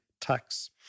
tax